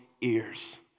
ears